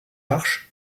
arches